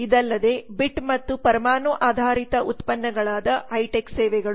ಇದಲ್ಲದೆಬಿಟ್ ಮತ್ತು ಪರಮಾಣು ಆಧಾರಿತ ಉತ್ಪನ್ನಗಳಾದ ಹೈಟೆಕ್ ಸೇವೆಗಳು